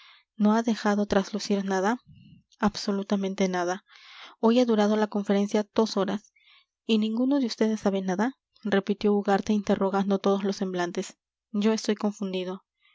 no ha dejado traslucir nada absolutamente nada hoy ha durado la conferencia dos horas y ninguno de vds sabe nada repitió ugarte interrogando todos los semblantes yo estoy confundido